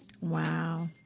Wow